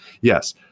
Yes